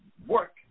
work